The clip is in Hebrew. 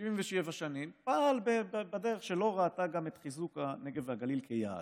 77 שנים פעל בדרך שלא ראתה גם את חיזוק הנגב והגליל כיעד.